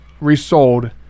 resold